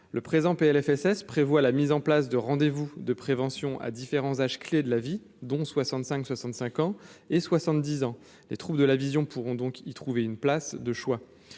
le présent Plfss prévoit la mise en place de rendez vous de prévention à différents âges clés de la vie, dont 65 65 ans, et 70 ans, les troupes de la vision pourront donc y trouver une place de choix,